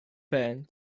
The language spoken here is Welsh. ben